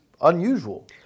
unusual